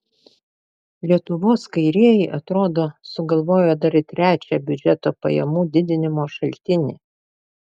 lietuvos kairieji atrodo sugalvojo dar ir trečią biudžeto pajamų didinimo šaltinį